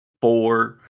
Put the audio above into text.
four